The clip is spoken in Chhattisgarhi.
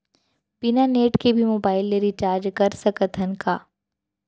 बिना नेट के भी मोबाइल ले रिचार्ज कर सकत हन का?